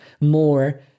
more